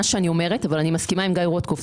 שאני אומרת אבל אני מסכימה עם גיא רוטקופף.